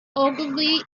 ogilvy